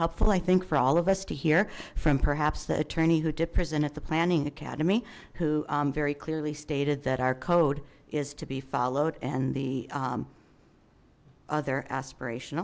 helpful i think for all of us to hear from perhaps the attorney who did present at the planning academy who very clearly stated that our code is to be followed and the other aspiration